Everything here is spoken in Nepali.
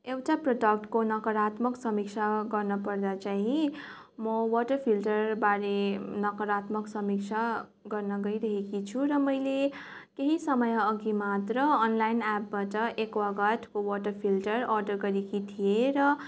एउटा प्रडक्टको नकारात्मक समीक्षा गर्नपर्दा चाहिँ म वाटर फिल्टरबारे नकारात्मक समीक्षा गर्न गइरहेकी छु र मैले केही समयअघि मात्र अनलाइन एपबाट एक्वागार्डको वाटर फिल्टर अर्डर गरेकी थिएँ र